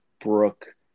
Brooke